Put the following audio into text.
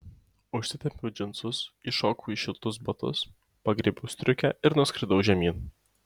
užsitempiau džinsus įšokau į šiltus batus pagriebiau striukę ir nuskridau žemyn